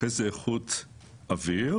אחר כך איכות האוויר,